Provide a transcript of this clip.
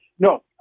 No